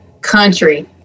country